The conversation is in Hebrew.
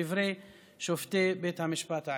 דברי שופטי בית המשפט העליון.